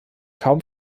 kaum